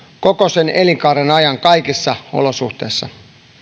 koko sen elinkaaren ajan kaikissa olosuhteissa